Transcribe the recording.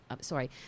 sorry